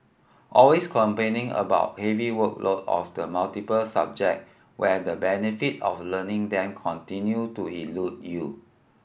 always complaining about heavy workload of the multiple subject where the benefit of learning them continue to elude you